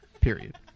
Period